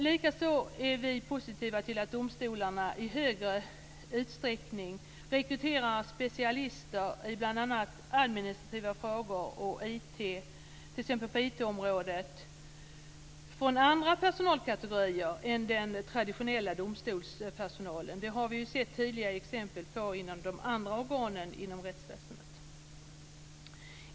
Likaså ställer vi oss positiva till att domstolarna i högre utsträckning rekryterar specialister i bl.a. administrativa frågor och på IT-området från andra personalkategorier än den traditionella domstolspersonalen. Det har vi sett tydliga exempel på i de andra organen inom rättsväsendet.